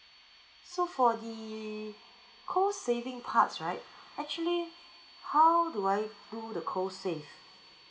so for the cold saving parts right actually how do I do the cold save